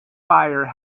fire